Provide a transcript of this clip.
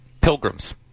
pilgrims